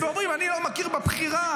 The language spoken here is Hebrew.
ואומרים: אני לא מכיר בבחירה,